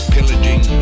Pillaging